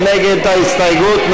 מי נגד ההסתייגות?